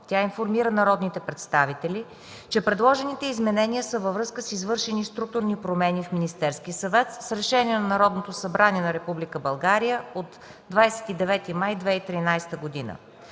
Тя информира народните представители, че предложените изменения са във връзка с извършените структурни промени в Министерски съвет с Решение на Народното събрание на Република България от 29 май 2013 г.